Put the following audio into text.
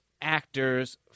actor's